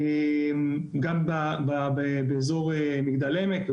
גם באזור מגדל העמק.